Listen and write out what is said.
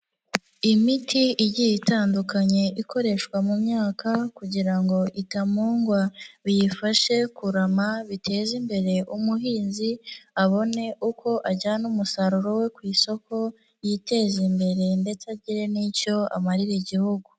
Imiti igiye itandukanye ikoreshwa mu myaka kugira ngo itamungwa, biyifashe kurama biteza imbere umuhinzi, abone uko ajyana umusaruro we ku isoko, yiteze imbere ndetse agire n'icyo amarira igihugu.